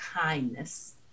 kindness